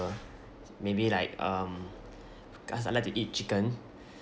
maybe like um cause I like to eat chicken